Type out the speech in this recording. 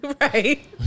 Right